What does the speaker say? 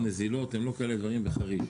--- נזילות, היו כאלה דברים אחרים.